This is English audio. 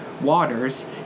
waters